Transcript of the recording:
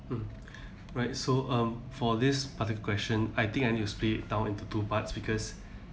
mm right so um for this particular question I think I need to split down into two parts because